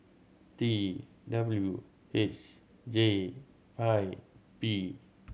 T W H J five P